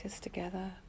together